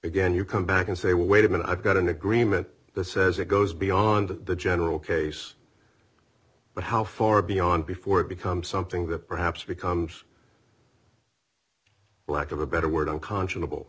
again you come back and say wait a minute i've got an agreement that says it goes beyond the general case but how far beyond before it becomes something that perhaps becomes lack of a better word unconscionable